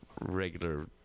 regular